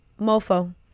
Mofo